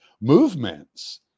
movements